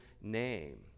name